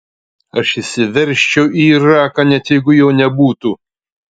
aš įsiveržčiau į iraką net jeigu jo nebūtų